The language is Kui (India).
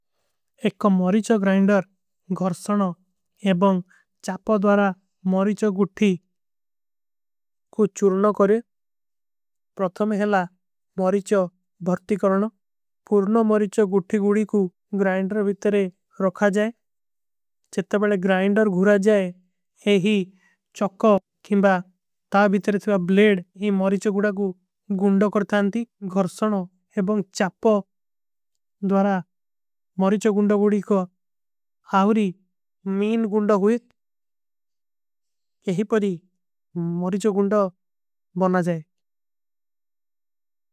ଏକ ମରୀଚୋ ଗ୍ରାଇନ୍ଡର ଘର୍ସନୋ ଏବଂଗ ଚାପୋ ଦ୍ଵାରା ମରୀଚୋ ଗୁଠୀ। କୋ ଚୂରନୋ କରେ ପ୍ରତମ ହେଲା ମରୀଚୋ ଭର୍ତୀ କରନୋ ପୁର୍ଣୋ ମରୀଚୋ। ଗୁଠୀ ଗୁଡୀ କୋ ଗ୍ରାଇନ୍ଡର ଵିତରେ ରଖା ଜାଏ ଚିତ୍ତବଲେ ଗ୍ରାଇନ୍ଡର। ଘୁରା ଜାଏ ଯହୀ ଚୌକୋ କିମବା ତା ଭିତରେ ଥୁଆ ବଲେଡ ଯହୀ। ମରୀଚୋ ଗୁଡା କୋ ଗୁଣ୍ଡ କରତା ହୈଂତୀ ଘର୍ସନୋ ଏବଂଗ ଚାପୋ। ଦ୍ଵାରା ମରୀଚୋ ଗୁଣ୍ଡ ଗୁଡୀ କୋ ଆହୁରୀ ମୀନ ଗୁଣ୍ଡ ହୋଈତ। ଯହୀ ପଢୀ ମରୀଚୋ ଗୁଣ୍ଡ ବନା ଜାଏ ସମକ୍ଯୋଂ କରତେ ହୈଂ।